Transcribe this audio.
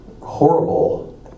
horrible